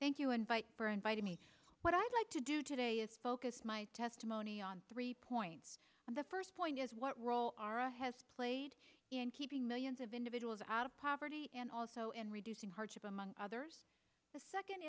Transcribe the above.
thank you and by for inviting me what i'd like to do today is focus my testimony on three points and the first point is what role are a has played in keeping millions of individuals out of poverty and also in reducing hardship among others the second